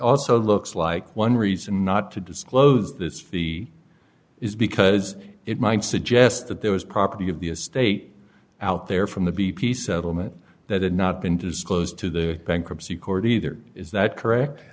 also looks like one reason not to disclose this fee is because it might suggest that there was property of the estate out there from the b p settlement that had not been disclosed to the bankruptcy court either is that correct